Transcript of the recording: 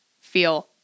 feel